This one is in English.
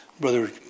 Brother